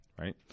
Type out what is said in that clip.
right